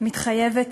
מתחייבת